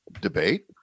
debate